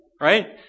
right